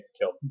killed